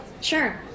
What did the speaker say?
Sure